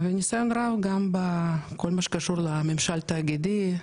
וניסיון רב גם בכל מה שקשור לממשל תאגידי,